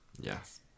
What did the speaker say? Yes